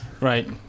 Right